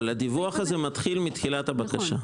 אבל הדיווח הזה מתחיל מתחילת הבקשה.